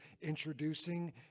introducing